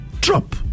drop